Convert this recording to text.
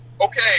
Okay